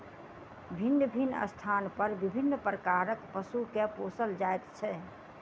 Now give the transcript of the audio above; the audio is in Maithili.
भिन्न भिन्न स्थान पर विभिन्न प्रकारक पशु के पोसल जाइत छै